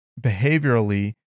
behaviorally